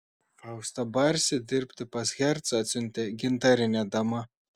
faustą barsį dirbti pas hercą atsiuntė gintarinė dama